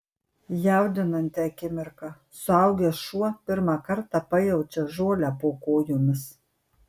jaudinanti akimirka suaugęs šuo pirmą kartą pajaučia žolę po kojomis